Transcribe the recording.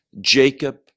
Jacob